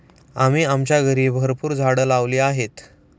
आम्ही आमच्या घरी भरपूर झाडं लावली आहेत